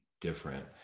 different